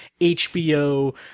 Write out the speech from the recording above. HBO